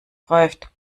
greift